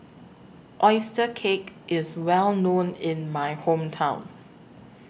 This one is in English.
Oyster Cake IS Well known in My Hometown